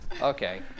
okay